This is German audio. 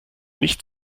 nicht